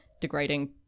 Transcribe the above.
degrading